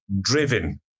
driven